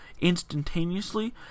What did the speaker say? instantaneously